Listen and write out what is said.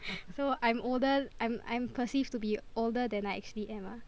so I'm older I'm I'm perceived to be older than I actually am ah